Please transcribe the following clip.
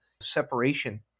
separation